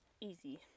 easy